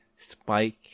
spike